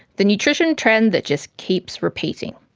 the nutrition trend that just keeps repeating.